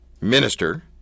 minister